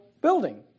building